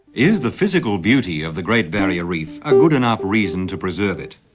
is the physical beauty of the great barrier reef a good enough reason to preserve it?